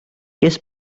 kes